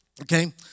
Okay